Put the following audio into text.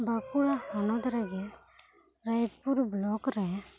ᱵᱟᱹᱠᱩᱲᱟ ᱦᱚᱱᱚᱛ ᱨᱮᱜᱮ ᱨᱟᱭᱯᱩᱨ ᱵᱞᱚᱠ ᱨᱮ